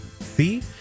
See